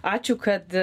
ačiū kad